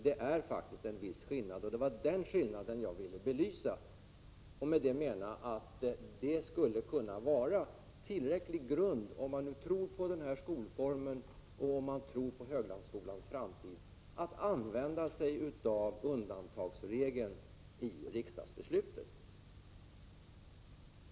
Det är faktiskt en viss skillnad, och det var den skillnaden jag ville belysa, eftersom jag menar att den skulle kunna vara tillräcklig grund, om man tror på den här skolformen och på Höglandsskolans framtid, för att använda undantagsregeln i riksdagsbeslutet.